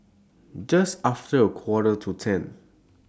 Just after A Quarter to ten